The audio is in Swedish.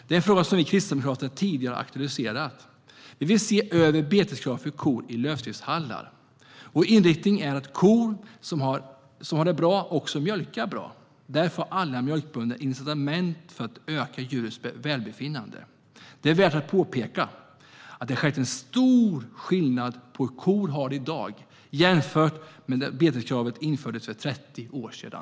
Det är en fråga som vi kristdemokrater tidigare har aktualiserat. Vi vill se över beteskraven för kor i lösdriftshallar. Inriktningen är att kor som har det bra också mjölkar bra. Därför har alla mjölkbönder incitament för att öka djurets välbefinnande. Det är värt att påpeka att det är en stor skillnad mellan hur korna har det i dag och hur de hade det när beteskravet infördes för 30 år sedan.